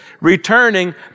Returning